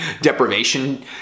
deprivation